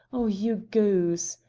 oh, you goose!